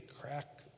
crack